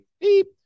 Beep